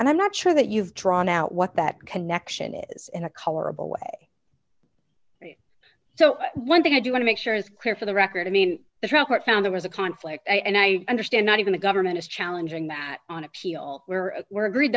and i'm not sure that you've drawn out what that connection is in a colorable way so one thing i do want to make sure is clear for the record i mean the trial court found there was a conflict and i understand not even the government is challenging that on appeal where we're agreed